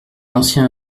ancien